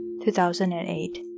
2008